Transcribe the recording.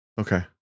Okay